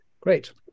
Great